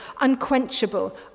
unquenchable